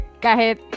kahit